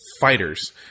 fighters